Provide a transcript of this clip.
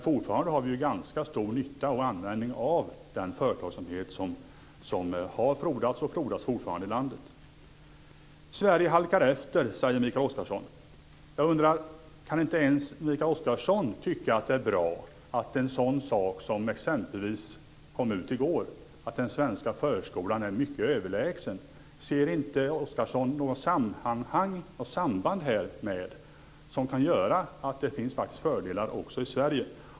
Fortfarande har vi ganska stor nytta och användning av den företagsamhet som har frodats och fortfarande frodas i landet. Sverige halkar efter, säger Mikael Oscarsson. Jag undrar: Kan inte ens Mikael Oscarsson tycka att det är bra att en sådan sak som exempelvis den som kom ut i går, att den svenska förskolan är överlägsen? Ser inte Oscarsson något sammanhang och samband här som kan göra att det faktiskt finns fördelar också i Sverige?